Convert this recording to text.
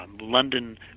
London